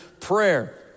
prayer